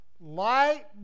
Light